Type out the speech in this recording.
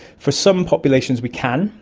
for some populations we can,